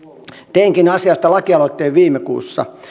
teinkin asiasta lakialoitteen viime kuussa